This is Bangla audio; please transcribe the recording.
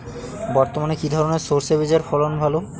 বর্তমানে কি ধরনের সরষে বীজের ফলন ভালো?